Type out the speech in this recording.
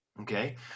okay